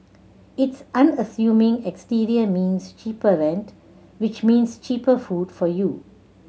its unassuming exterior means cheaper rent which means cheaper food for you